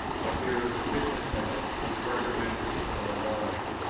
but there is a fitness in it, which recommends it to my mind.